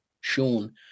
Sean